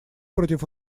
против